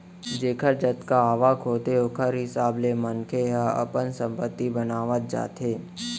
जेखर जतका आवक होथे ओखर हिसाब ले मनखे ह अपन संपत्ति बनावत जाथे